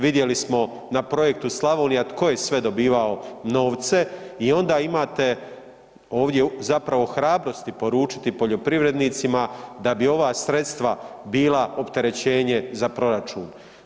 Vidjeli smo na Projektu Slavonija tko je sve dobivao novce i onda imate ovdje zapravo hrabrosti poručiti poljoprivrednicima da bi ova sredstva bila opterećenje za proračun.